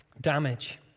damage